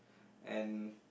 and